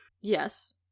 Yes